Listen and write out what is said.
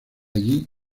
allí